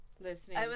listening